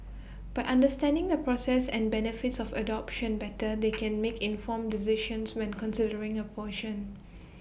by understanding the process and benefits of adoption better they can make informed decisions when considering abortion